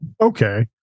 Okay